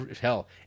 hell